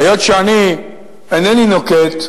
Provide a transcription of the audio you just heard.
היות שאני אינני נוקט,